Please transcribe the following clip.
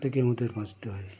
থেকে আমদের বাঁচতে হয়